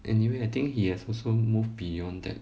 anyway I think he has also moved beyond that